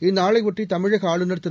இந்நாளையொட்டி தமிழக ஆளுநர் திரு